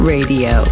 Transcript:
Radio